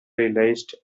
realized